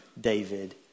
David